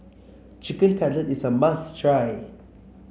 Chicken Cutlet is a must try